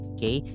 Okay